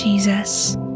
Jesus